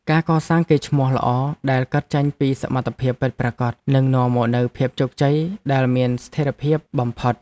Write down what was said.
ការកសាងកេរ្តិ៍ឈ្មោះល្អដែលកើតចេញពីសមត្ថភាពពិតប្រាកដនឹងនាំមកនូវភាពជោគជ័យដែលមានស្ថិរភាពបំផុត។